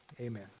Amen